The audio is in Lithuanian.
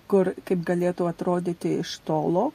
kur kaip galėtų atrodyti iš tolo